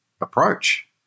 approach